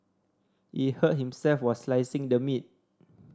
he hurt himself while slicing the meat